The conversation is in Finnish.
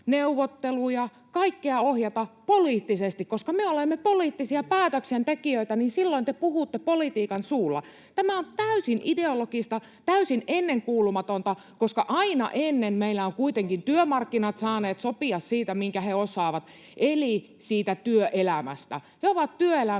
neuvotteluja, kaikkea ohjata poliittisesti, koska me olemme poliittisia päätöksentekijöitä, niin silloin te puhutte politiikan suulla. [Jorma Piisinen pyytää vastauspuheenvuoroa] Tämä on täysin ideologista, täysin ennenkuulumatonta, koska aina ennen meillä ovat kuitenkin työmarkkinat saaneet sopia siitä, minkä he osaavat, eli siitä työelämästä. He ovat työelämän